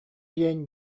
диэн